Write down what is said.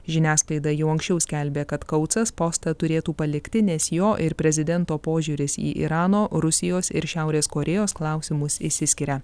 žiniasklaida jau anksčiau skelbė kad kautsas postą turėtų palikti nes jo ir prezidento požiūris į irano rusijos ir šiaurės korėjos klausimus išsiskiria